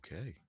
Okay